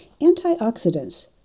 Antioxidants